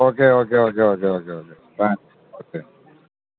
okay okay okay okay okay okay thanks ഒക്കെ